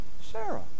Sarah